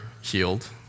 healed